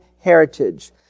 heritage